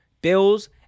Bills